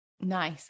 nice